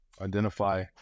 Identify